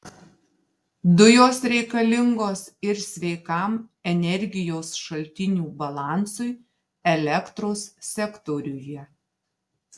dujos reikalingos ir sveikam energijos šaltinių balansui elektros sektoriuje